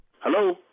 Hello